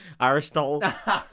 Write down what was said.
aristotle